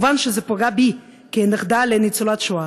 מובן שזה פגע בי, כנכדה לניצולת השואה,